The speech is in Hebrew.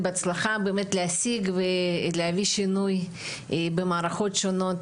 בהצלחה באמת להשיג ולהביא שינוי במערכות שונות,